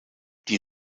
die